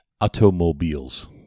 Automobiles